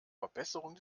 verbesserung